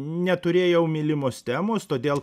neturėjau mylimos temos todėl